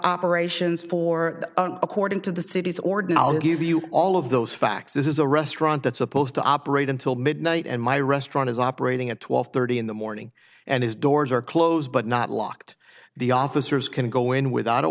operations for according to the city's ordinal give you all of those facts this is a restaurant that's supposed to operate until midnight and my restaurant is operating at twelve thirty in the morning and his doors are closed but not locked the officers can go in without a